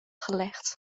gelegd